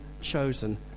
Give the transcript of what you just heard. chosen